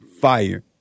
fire